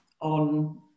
on